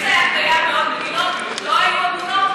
אם זה היה קיים בעוד מדינות לא היו עגונות,